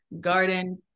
garden